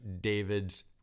David's